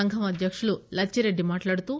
సంఘం అధ్యక్షుడు లచ్చిరెడ్డి మాట్లాడుతూ